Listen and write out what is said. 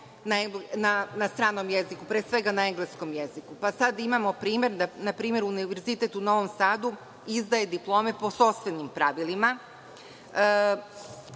na stranom jeziku, pre svega na engleskom jeziku. Sad imamo da, na primer, Univerzitet u Novom Sadu izdaje diplome po sopstvenim pravilima,